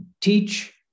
teach